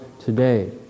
today